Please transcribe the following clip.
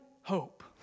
hope